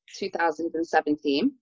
2017